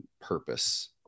purpose